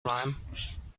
rhyme